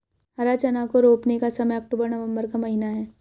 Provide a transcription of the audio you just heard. हरा चना को रोपने का समय अक्टूबर नवंबर का महीना है